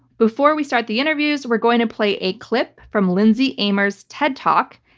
before we start the interviews, we're going to play a clip from lindsay amer's ted talk,